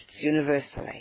universally